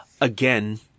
again